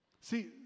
See